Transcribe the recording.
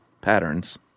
patterns